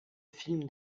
film